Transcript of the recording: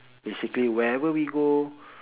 basically wherever we go